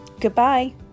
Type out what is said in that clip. goodbye